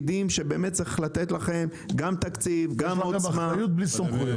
צריך לתת לכם עוד תקציב זמן --- יש לכם אחריות בלי סמכויות.